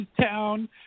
Town